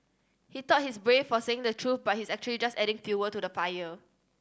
he thought he's brave for saying the truth but he's actually just adding fuel to the fire